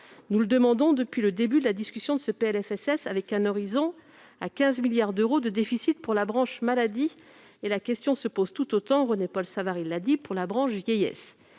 nous le demandons depuis le début de la discussion de ce PLFSS, avec un horizon à 15 milliards d'euros de déficit pour la branche maladie et tout autant de questions, René-Paul Savary l'a souligné, sur la branche vieillesse.